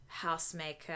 housemaker